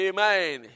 Amen